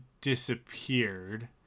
disappeared